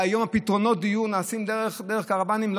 היום פתרונות הדיור נעשים דרך קרוונים,